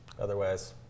otherwise